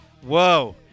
Whoa